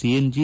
CNG